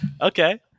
Okay